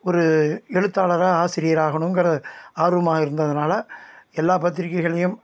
ஒரு எழுத்தாளராக ஆசிரியர் ஆகணுங்கிற ஆர்வமாக இருந்ததினால எல்லா பத்திரிக்கைகள்லேயும்